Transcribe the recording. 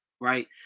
right